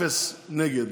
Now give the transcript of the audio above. אפס נגד.